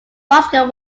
bosco